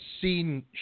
seen